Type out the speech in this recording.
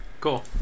Cool